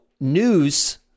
news